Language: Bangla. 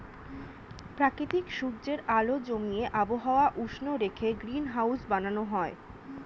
প্রাকৃতিক সূর্যের আলো জমিয়ে আবহাওয়া উষ্ণ রেখে গ্রিনহাউস বানানো হয়